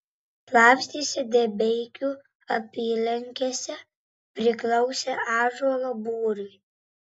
slapstėsi debeikių apylinkėse priklausė ąžuolo būriui